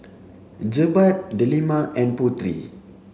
Jebat Delima and Putri